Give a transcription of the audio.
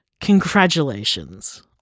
Congratulations